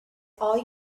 all